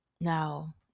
now